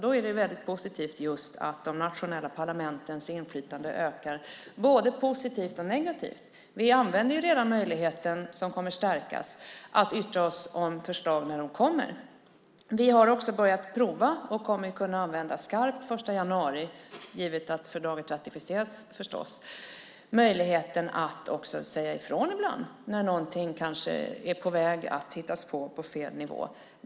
Då är det väldigt positivt just att de nationella parlamentens inflytande ökar både positivt och negativt. Vi använder redan möjligheten, som kommer att stärkas, att yttra oss om förslag när de kommer. Vi har också börjat prova och kommer att kunna använda skarpt den 1 januari, givet att fördraget ratificerats förstås, möjligheten att också säga ifrån ibland när något kanske är på väg att hittas på på fel nivå.